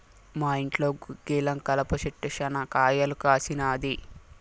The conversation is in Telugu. మా ఇంట్లో గుగ్గిలం కలప చెట్టు శనా కాయలు కాసినాది